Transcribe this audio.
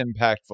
impactful